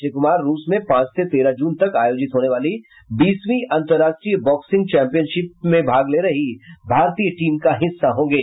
श्री कुमार रूस में पांच से तेरह जून तक आयोजित होने वाली बीसवीं अंतरराष्ट्रीय बॉक्सिंग चैम्पियनशिप भाग ले रही भारतीय टीम का हिस्सा बनेंगे